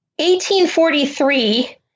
1843